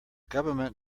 government